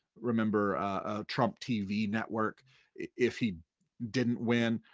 remember, a trump tv network if he didn't win.